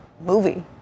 movie